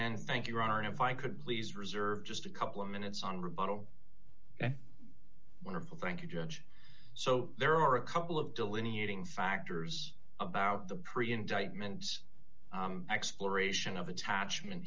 and thank you arne if i could please reserve just a couple of minutes on rebuttal wonderful thank you judge so there are a couple of delineating factors about the pre indictments exploration of attachment